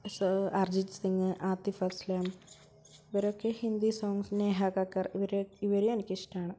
sir Arijit Singh Atif Aslam ഇവരൊക്കെ ഹിന്ദി സോങ്ങിനെ ഹാഹക്കർ ഇവർ ഇവരേയും എനിക്കിഷ്ടമാണ്